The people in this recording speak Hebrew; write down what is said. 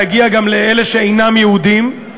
להגיע גם לאלה שאינם יהודים,